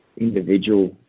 Individual